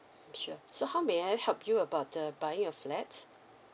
sure so how may I help you about the buying a flat